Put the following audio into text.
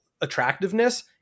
attractiveness